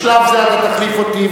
בשלב זה אתה תחליף אותי,